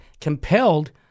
compelled